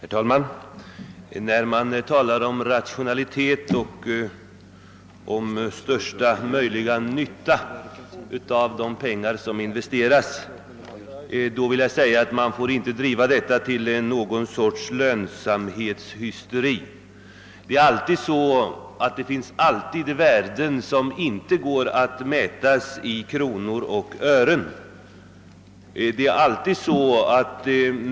Herr talman! Talet om rationalisering och om största möjliga nytta av de pengar som investeras får enligt min mening inte drivas till någon sorts lönsamhetshysteri. Det finns värden som inte kan mätas i kronor och ören.